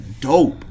dope